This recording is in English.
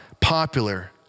popular